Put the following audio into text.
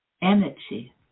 Energy